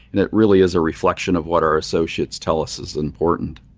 and it really is a reflection of what our associates tell us is important.